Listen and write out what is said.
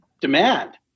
demand